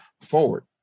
forward